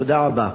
תודה רבה.